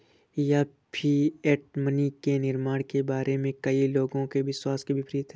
यह fiat money के निर्माण के बारे में कई लोगों के विश्वास के विपरीत है